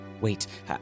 Wait